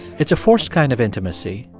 it's a forced kind of intimacy,